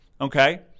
okay